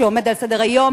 שעומד על סדר-היום,